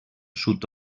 sud